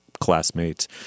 classmates